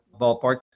ballpark